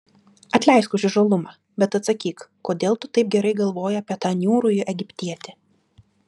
atleisk už įžūlumą bet atsakyk kodėl tu taip gerai galvoji apie tą niūrųjį egiptietį